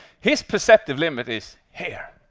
his perceptive limit is here.